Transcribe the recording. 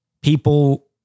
people